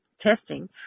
testing